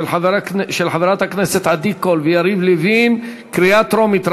של חברי הכנסת עדי קול ויריב לוין, קריאה טרומית.